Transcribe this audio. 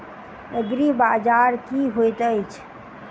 एग्रीबाजार की होइत अछि?